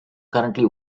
currently